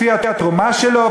לפי התרומה שלו.